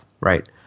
right